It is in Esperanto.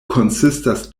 konsistas